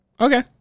Okay